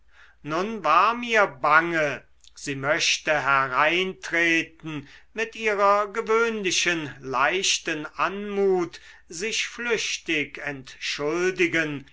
nun war mir bange sie möchte hereintreten mit ihrer gewöhnlichen leichten anmut sich flüchtig entschuldigen